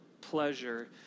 pleasure